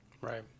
Right